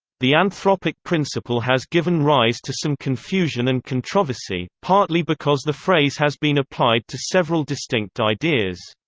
the anthropic principle has given rise to some confusion and controversy, partly because the phrase has been applied to several distinct ideas.